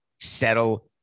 settle